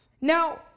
Now